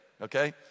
okay